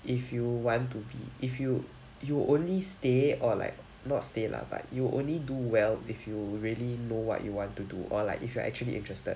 if you want to be if you you only stay or like not stay lah but you only do well if you really know what you want to do or like if you are actually interested